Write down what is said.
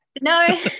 No